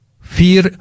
fear